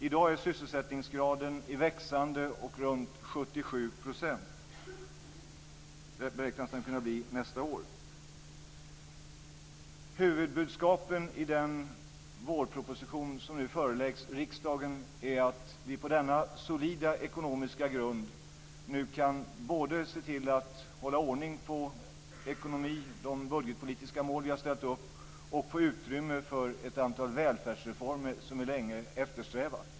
I dag är sysselsättningsgraden i växande och beräknas nästa år bli runt Huvudbudskapen i den vårproposition som nu föreläggs riksdagen är att vi på denna solida ekonomiska grund nu kan både se till att hålla ordning på ekonomin, de budgetpolitiska mål vi har ställt upp och få utrymme för ett antal välfärdsreformer som vi länge eftersträvat.